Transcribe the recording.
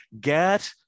get